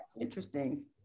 interesting